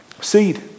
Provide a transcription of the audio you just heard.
seed